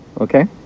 Okay